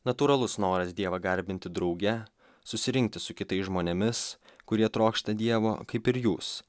natūralus noras dievą garbinti drauge susirinkti su kitais žmonėmis kurie trokšta dievo kaip ir jūs